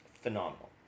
phenomenal